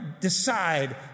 decide